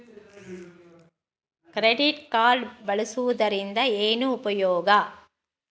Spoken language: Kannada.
ಕ್ರೆಡಿಟ್ ಕಾರ್ಡ್ ಬಳಸುವದರಿಂದ ಏನು ಉಪಯೋಗ?